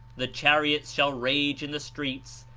the chariots shall rage in the streets,